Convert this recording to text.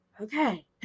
Okay